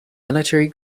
military